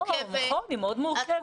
נכון, היא מאוד מורכבת.